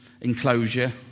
enclosure